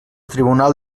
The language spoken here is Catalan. tribunal